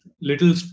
little